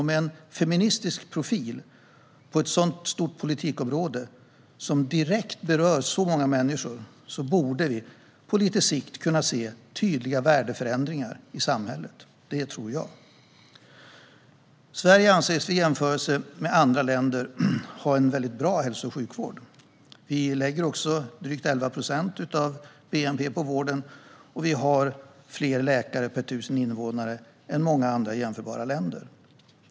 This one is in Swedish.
Med en feministisk profil på ett så stort politikområde, som direkt berör så många människor, borde vi på lite sikt kunna se tydliga värdeförändringar i samhället. Det tror jag. Sverige anses vid jämförelser med andra länder ha en mycket bra hälso och sjukvård. Vi lägger drygt 11 procent av bnp på vården, och vi har fler läkare per 1 000 invånare än många andra jämförbara länder.